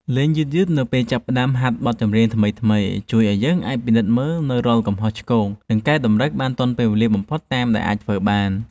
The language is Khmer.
លេងយឺតៗនៅពេលចាប់ផ្តើមហាត់បទចម្រៀងថ្មីៗជួយឱ្យយើងអាចពិនិត្យមើលនូវរាល់កំហុសឆ្គង និងកែតម្រូវបានទាន់ពេលវេលាបំផុតតាមដែលអាចធ្វើបាន។